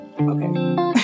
okay